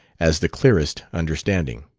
as the clearest understanding.